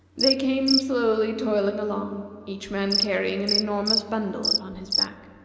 they came slowly toiling along, each man carrying an enormous bundle upon his back.